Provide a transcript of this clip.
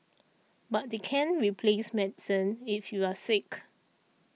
but they can't replace medicine if you're sick